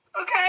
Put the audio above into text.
okay